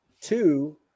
Two